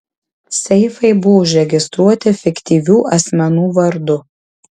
seifai buvo užregistruoti fiktyvių asmenų vardu